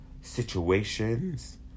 situations